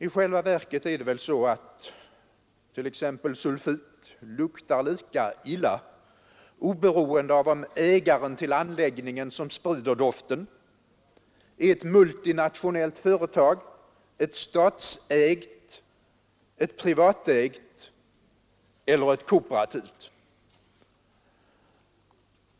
I själva verket är det väl så att t.ex. sulfit luktar lika illa oberoende av om ägaren till anläggningen som sprider doften är ett multinationellt, ett statsägt, ett privatägt eller ett kooperativt företag.